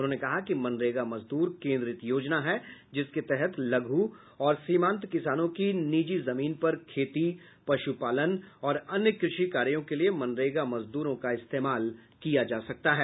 उन्होंने कहा कि मनरेगा मजदूर केन्द्रित योजना है जिसके तहत लघु और सीमांत किसानों की निजी जमीन पर खेती पशुपालन और अन्य कृषि कार्यों के लिए मनरेगा मजदूरों का इस्तेमाल किया जा सकता है